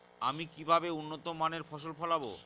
আমি কিভাবে উন্নত মানের ফসল ফলাব?